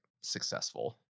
successful